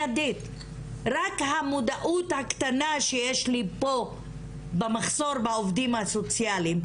רק בגלל המודעות הקטנה שיש לי פה במחסור בעובדים הסוציאליים,